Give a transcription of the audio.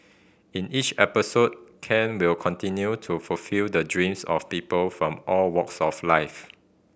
in each episode Ken will continue to fulfil the dreams of people from all walks of life